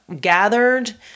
gathered